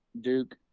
Duke